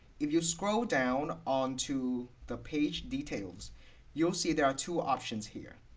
if you scroll down onto the page details you'll see there are two options here